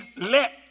let